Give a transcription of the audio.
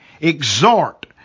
exhort